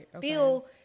feel